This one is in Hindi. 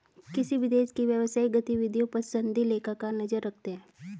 किसी भी देश की व्यवसायिक गतिविधियों पर सनदी लेखाकार नजर रखते हैं